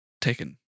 taken